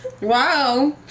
Wow